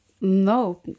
No